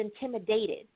intimidated